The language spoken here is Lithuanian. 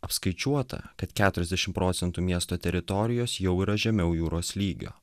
apskaičiuota kad keturiasdešim procentų miesto teritorijos jau yra žemiau jūros lygio